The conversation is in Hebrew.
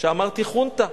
שאמרתי "חונטה".